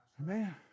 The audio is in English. Amen